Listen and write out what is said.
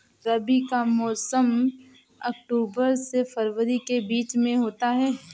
रबी का मौसम अक्टूबर से फरवरी के बीच में होता है